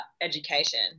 education